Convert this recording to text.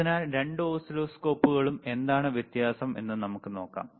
അതിനാൽ രണ്ട് ഓസിലോസ്കോപ്പുകളും എന്താണ് വ്യത്യാസം എന്ന് നമുക്ക് നോക്കാം